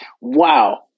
Wow